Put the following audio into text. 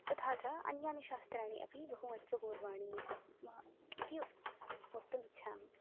तथा च अन्यानि शास्त्राणि अपि बहु महत्वपूर्वाणि मम इति वक्तुमिच्छामि